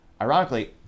Ironically